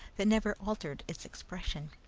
that never altered its expression.